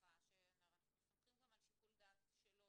הרי אנחנו סומכים גם על שיקול דעת שלו